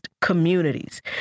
communities